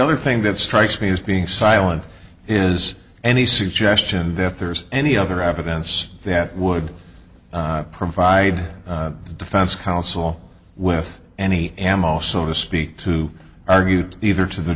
other thing that strikes me as being silent is any suggestion that there's any other evidence that would provide the defense counsel with any ammo so to speak to argue either to the